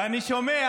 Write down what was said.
ואני שומע